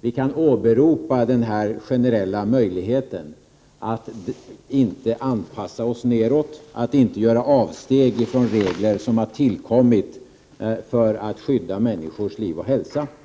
Vi kan åberopa den generella möjligheten att inte anpassa oss neråt och att inte göra avsteg från regler som har tillkommit för att skydda människors liv och hälsa. Det kan vi göra